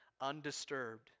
undisturbed